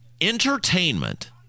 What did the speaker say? entertainment